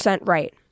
right